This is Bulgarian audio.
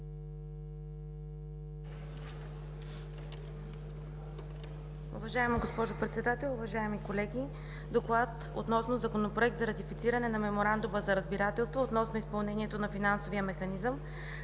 Уважаема госпожо Председател, уважаеми колеги! „ДОКЛАД относно Законопроект за ратифициране на Меморандума за разбирателство относно изпълнението на Финансовия механизъм